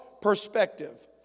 perspective